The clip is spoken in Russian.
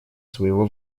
своего